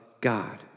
God